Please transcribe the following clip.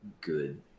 good